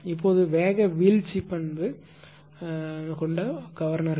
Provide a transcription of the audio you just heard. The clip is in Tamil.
இப்போது வேக வீழ்ச்சி பண்பு கொண்ட கவர்னர்கள்